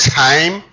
time